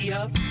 up